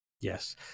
Yes